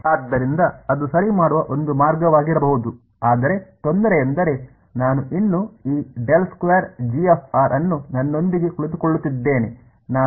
ಆದ್ದರಿಂದ ಅದು ಸರಿ ಮಾಡುವ ಒಂದು ಮಾರ್ಗವಾಗಿರಬಹುದು ಆದರೆ ತೊಂದರೆಯೆಂದರೆ ನಾನು ಇನ್ನೂ ಈ ಅನ್ನು ನನ್ನೊಂದಿಗೆ ಕುಳಿತುಕೊಳ್ಳುತ್ತಿದ್ದೇನೆ